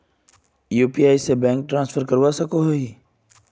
UPI से bank transfer करवा सकोहो ही?